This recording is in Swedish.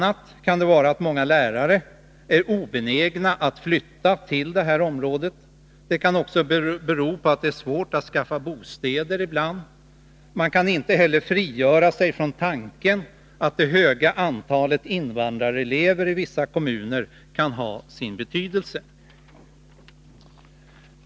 a. kan det vara så, att många lärare är obenägna att flytta till området. Det kan också bero på att det ibland är svårt att skaffa bostäder. Man kan inte heller frigöra sig från tanken att det höga antalet invandrarelever i vissa kommuner kan ha sin betydelse.